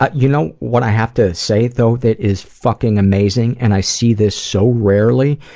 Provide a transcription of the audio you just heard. ah you know what i have to say though, that is fucking amazing, and i see this so rarely,